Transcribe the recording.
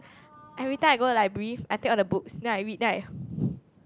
everytime I go library I take all the books then I read then I